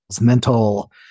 mental